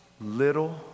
little